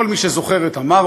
כל מי שזוכר את ה"מרמרה",